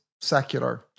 secular